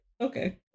Okay